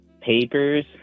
papers